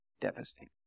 devastating